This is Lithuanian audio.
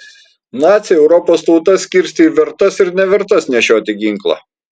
naciai europos tautas skirstė į vertas ir nevertas nešioti ginklą